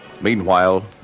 Meanwhile